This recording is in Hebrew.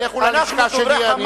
לכו ללשכה שלי.